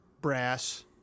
brass